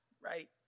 right